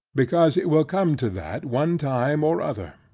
because it will come to that one time or other.